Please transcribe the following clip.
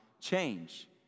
change